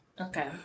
Okay